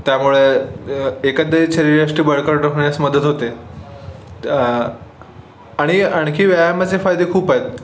त्यामुळे एकंदरीत शरीरयष्टी बळकट होण्यास मदत होते आणि आणखी व्यायामाचे फायदे खूप आहेत